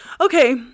Okay